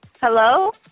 Hello